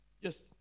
Yes